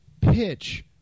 pitch